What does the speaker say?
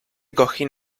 cojín